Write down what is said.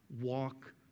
Walk